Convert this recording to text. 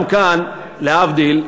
גם כאן, להבדיל,